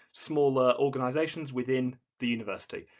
smaller organisations within the university.